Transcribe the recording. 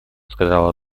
сказала